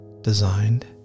designed